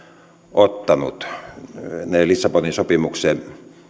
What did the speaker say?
ottanut lissabonin sopimuksen